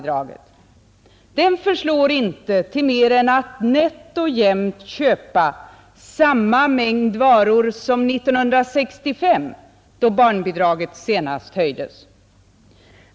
Den förslår inte till mer än att nätt och jämnt köpa samma mängd varor som 1965, då barnbidraget senast höjdes.